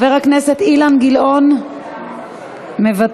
חבר הכנסת אילן גילאון, מוותר.